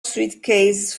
suitcases